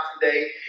today